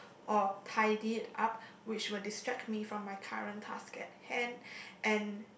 or tidy it up which will distract me from my current task at hand